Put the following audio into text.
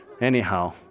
Anyhow